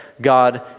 God